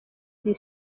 iri